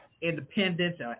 independence